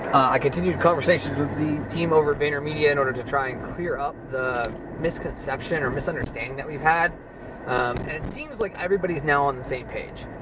i continued conversations with the team over at vaynermedia in order to try and clear up the misconception or misunderstanding that we've had. and it seems like everybody's now on the same page,